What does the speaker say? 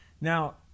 Now